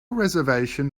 reservation